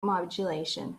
modulation